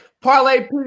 parlay